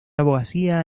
abogacía